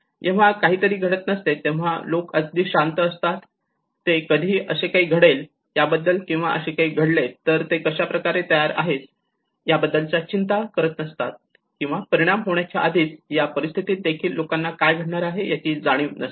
जेव्हा काहीही घडत नसते तेव्हा लोक अगदी शांत असतात ते कधीही असे काही घडेल याबद्दल किंवा असे घडले तर ते कशा प्रकारे तयार आहेत त्याबद्दल चिंता करत नसतात किंवा परिणाम होण्याच्या आधीच या परिस्थितीत देखील लोकांना काय घडणार आहे याची देखील जाणीव नसते